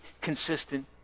consistent